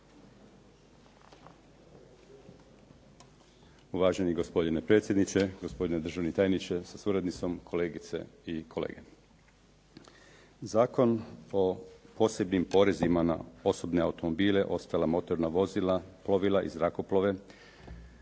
Uvaženi gospodine predsjedniče, gospodine državni tajniče sa suradnicom, kolegice i kolege. Zakon o posebnim porezima na osobne automobile, ostala motorna vozila, plovila i zrakoplove